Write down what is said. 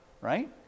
right